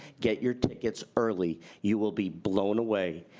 get your tickets early. you will be blown away.